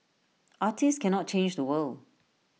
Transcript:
artists cannot change the world